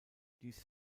dies